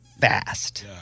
fast